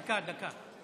דקה, דקה.